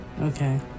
Okay